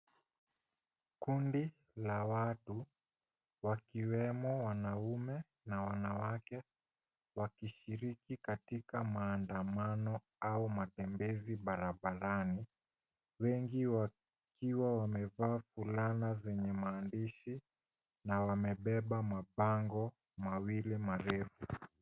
Kundi la watu, wakiwemo wanaume na wanawake, wakishiriki katika maandamano au matembezi barabarani. Wengi wakiwa wamevaa fulana zenye maandishi, na wamebeba mabango, mawili marefu.